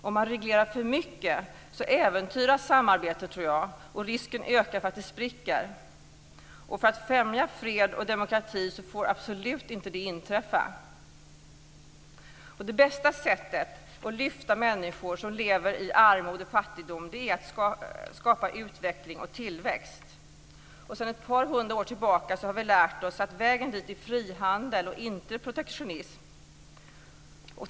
Om man reglerar för mycket äventyras samarbetet, tror jag, och risken ökar för att det spricker. Om vi ska kunna främja fred och demokrati får det absolut inte inträffa. Det bästa sättet att lyfta människor som lever i armod och fattigdom är att skapa utveckling och tillväxt. Sedan ett par hundra år tillbaka har vi lärt oss att vägen dit är frihandel och inte protektionism.